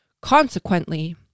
Consequently